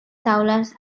taules